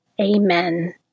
Amen